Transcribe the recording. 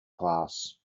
class